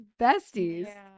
besties